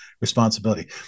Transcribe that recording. responsibility